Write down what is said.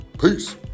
peace